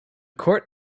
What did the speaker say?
court